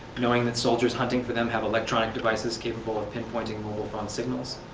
knowing that soldiers hunting for them have electronic devices capable of pinpointing mobile phone signals.